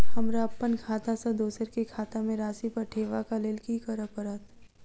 हमरा अप्पन खाता सँ दोसर केँ खाता मे राशि पठेवाक लेल की करऽ पड़त?